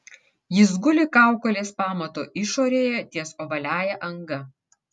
jis guli kaukolės pamato išorėje ties ovaliąja anga